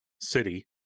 city